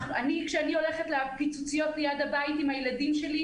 כשאני הולכת לפיצוציות ליד הבית עם הילדים שלי,